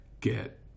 get